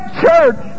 church